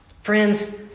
Friends